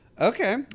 Okay